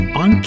on